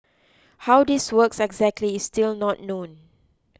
how this works exactly is still not known